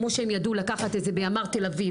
כמו שהם ידעו לקחת את זה בימ"ר תל אביב,